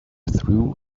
threw